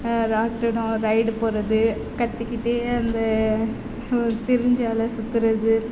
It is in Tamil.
ராட்டிணம் ரைடு போவது கத்திக்கிட்டே அந்த திரிஞ்சு அலை சுற்றுறது